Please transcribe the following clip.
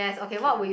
Q